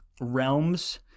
realms